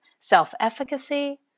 self-efficacy